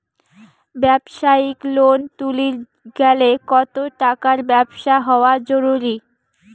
ব্যবসায়িক লোন তুলির গেলে কতো টাকার ব্যবসা হওয়া জরুরি?